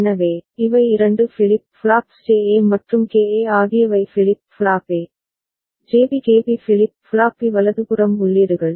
எனவே இவை 2 flip flops JA மற்றும் கேஏ ஆகியவை flip flop A JB KB flip flop B வலதுபுறம் உள்ளீடுகள்